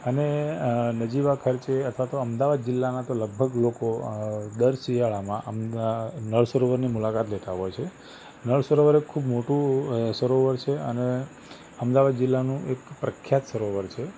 અને નજીવા ખર્ચે અથવા તો અમદાવાદ જિલ્લાના તો લગભગ લોકો દર શિયાળામાં અમદા નળ સરોવરની મુલાકાત લેતા હોય છે નળસરોવર એ ખૂબ મોટું સરોવર છે અને અમદાવાદ જિલ્લાનું એક પ્રખ્યાત સરોવર છે